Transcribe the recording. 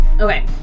Okay